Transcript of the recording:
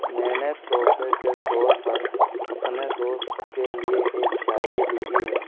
میں نے تحفے کے طور پر اپنے دوست کے لیے ایک شاعری لکھی ہے